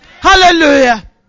Hallelujah